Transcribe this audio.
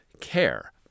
care